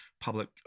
public